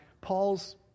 Paul's